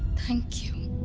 thank you.